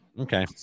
Okay